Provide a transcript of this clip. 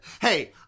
Hey